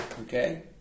Okay